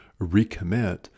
recommit